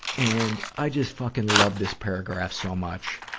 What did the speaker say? and, i just fucking love this paragraph so much.